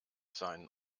sein